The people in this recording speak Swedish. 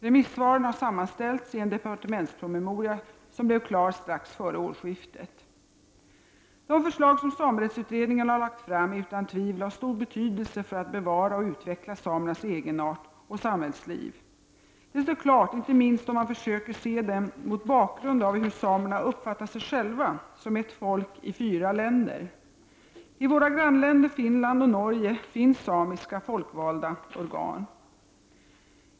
Remissvaren har sammanställts i en departementspromemoria som blev klar strax före årsskiftet. De förslag som samerättsutredningen har lagt fram är utan tvivel av stor betydelse för att bevara och utveckla samernas egenart och samhällsliv. Det står klart inte minst om man försöker se dem mot bakgrund av hur samerna uppfattar sig själva som ett folk i fyra länder. I våra grannländer Finland och Norge finns samiska folkvalda organ.